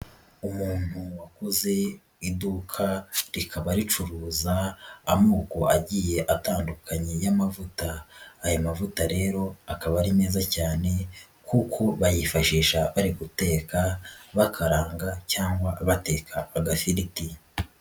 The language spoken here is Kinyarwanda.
Umuntu wakoze iduka rikaba ricuruza amoko agiye atandukanye y'amavuta, aya mavuta rero akaba ari meza cyane kuko bayifashisha bari guteka, bakaranga cyangwa bateka agafiriti.